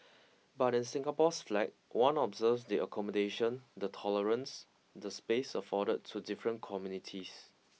but in Singapore's flag one observes the accommodation the tolerance the space afforded to different communities